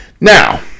Now